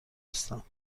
هستم